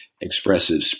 expressive